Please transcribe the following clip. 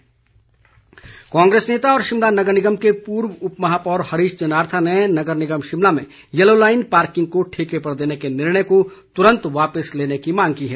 जनारथा कांग्रेस नेता व शिमला नगर निगम के पूर्व उप महापोर हरीश जनारथा ने नगर निगम शिमला में यलो लाईन पार्किंग को ठेके पर देने के निर्णय को तुरंत वापिस लेने की मांग की है